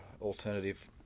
alternative